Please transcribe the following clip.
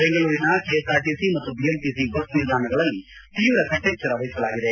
ಬೆಂಗಳೂರಿನ KS R TC ಮತ್ತು BMTC bus ನಿಲ್ದಾಣಗಳಲ್ಲಿ ತೀವ್ರ ಕಟ್ಟೇಚ್ಚರ ವಹಿಸಲಾಗಿದೆ